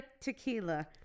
tequila